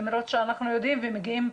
למרות שאנחנו יודעים ומגיעות פניות,